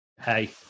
hey